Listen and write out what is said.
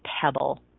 pebble